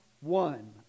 one